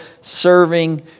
serving